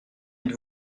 êtes